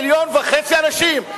מיליון וחצי אנשים.